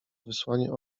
wysłanie